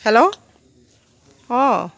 hello অঁ